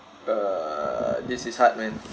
uh this is hard man